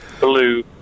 blue